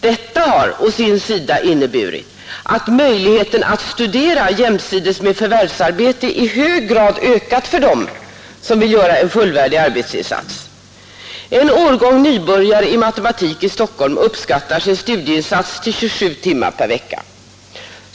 Detta har å sin sida inneburit att möjligheten att studera jämsides med förvärvsarbete i hög grad ökat för dem som vill göra en fullvärdig arbetsinsats. En årgång nybörjare i matematik i Stockholm uppskattar sin studieinsats till 27 timmar per vecka.